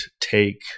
take